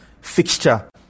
fixture